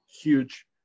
huge